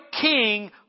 king